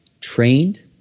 trained